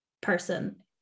person